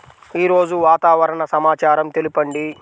ఈరోజు వాతావరణ సమాచారం తెలుపండి